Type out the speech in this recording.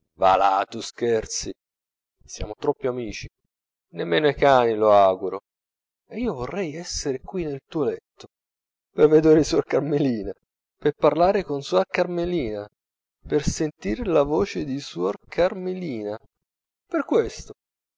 va là tu scherzi siamo troppo amici nemmeno ai cani lo auguro e io vorrei essere qui nel tuo letto per vedere suor carmelina per parlare con suor carmelina per sentire la voce di suor carmelina per questo